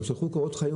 הם שלחו קורות חיים,